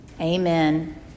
Amen